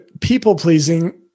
people-pleasing